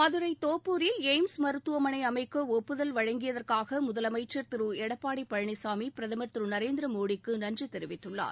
மதுரை தோப்பூரில் எய்ம்ஸ் மருத்துவமனை அமைக்க ஒப்புதல் வழங்கியதற்காக முதலமைச்சா் திரு எடப்பாடி பழனிசாமி பிரதமர் திரு நரேந்திர மோடிக்கு நன்றி தெரிவித்துள்ளார்